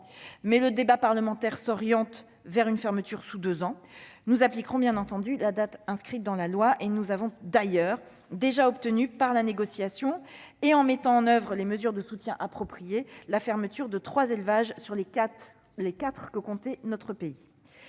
mais le débat parlementaire s'oriente vers une fermeture sous deux ans. Nous appliquerons bien entendu la date inscrite dans la loi, et nous avons d'ailleurs déjà obtenu, par la négociation, et en mettant en oeuvre les mesures de soutien appropriées, la fermeture de trois élevages sur les quatre que comptait notre pays.